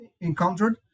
encountered